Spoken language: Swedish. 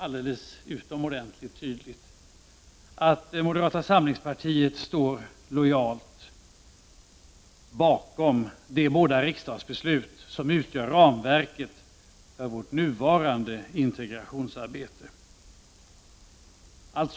Låt mig också utomordentligt tydligt markera att moderata samlingspartiet lojalt står bakom de båda riksdagsbeslut som utgör ramverket för vårt nuvarande integrationsarbete.